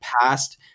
past